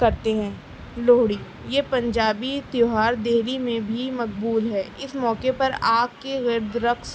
کرتے ہیں لوہڑی یہ پنجابی تہوار دہلی میں بھی مقبول ہے اس موقعے پر آگ کے گرد رقص